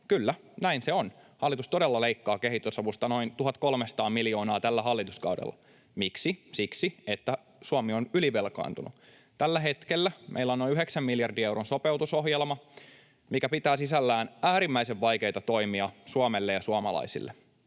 Kyllä, näin se on. Hallitus todella leikkaa kehitysavusta noin 1 300 miljoonaa tällä hallituskaudella. Miksi? Siksi, että Suomi on ylivelkaantunut. Tällä hetkellä meillä on noin yhdeksän miljardin euron sopeutusohjelma, mikä pitää sisällään äärimmäisen vaikeita toimia Suomelle ja suomalaisille.